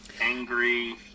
angry